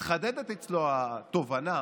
מתחדדת אצלו התובנה